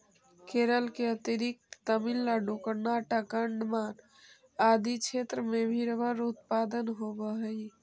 केरल के अतिरिक्त तमिलनाडु, कर्नाटक, अण्डमान आदि क्षेत्र में भी रबर उत्पादन होवऽ हइ